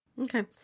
Okay